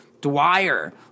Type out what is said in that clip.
Dwyer